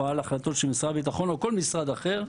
על החלטות של משרד הביטחון או כל משרד אחר,